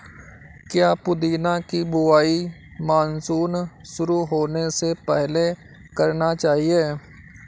क्या पुदीना की बुवाई मानसून शुरू होने से पहले करना चाहिए?